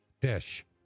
dish